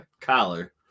collar